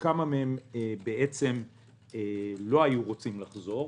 כמה מהם לא היו רוצים לחזור,